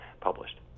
published